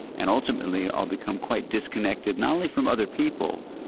and ultimately i'll become quite disconnected not only from other people,